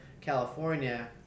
California